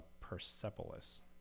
Persepolis